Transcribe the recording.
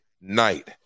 night